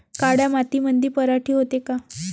काळ्या मातीमंदी पराटी होते का?